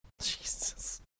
Jesus